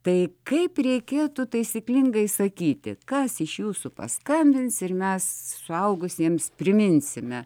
tai kaip reikėtų taisyklingai sakyti kas iš jūsų paskambins ir mes suaugusiems priminsime